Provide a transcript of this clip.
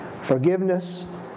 Forgiveness